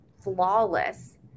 flawless